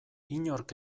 inork